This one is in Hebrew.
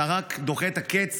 אתה רק דוחה את הקץ